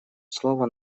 слово